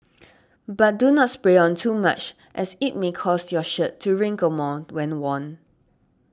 but do not spray on too much as it may cause your shirt to wrinkle more when worn